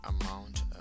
amount